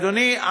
אדוני,